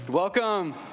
Welcome